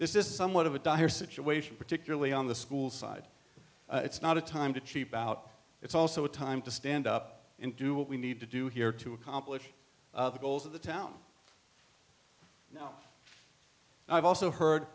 this is somewhat of a dire situation particularly on the school side it's not a time to cheap out it's also a time to stand up and do what we need to do here to accomplish the goals of the town now i've also heard